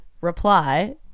Reply